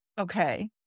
Okay